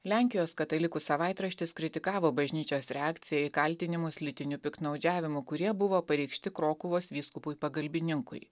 lenkijos katalikų savaitraštis kritikavo bažnyčios reakciją į kaltinimus lytiniu piktnaudžiavimu kurie buvo pareikšti krokuvos vyskupui pagalbininkui